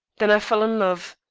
then i fell in love.